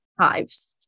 hives